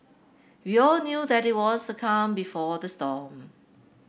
we all knew that it was the calm before the storm